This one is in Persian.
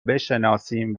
بشناسیم